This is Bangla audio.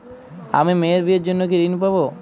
আমি মেয়ের বিয়ের জন্য কি ঋণ পাবো?